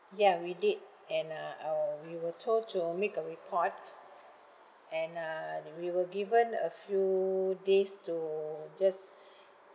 ya we did and uh um we were told to make a report and uh we were given a few days to just